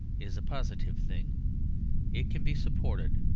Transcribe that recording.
is a positive thing it can be supported,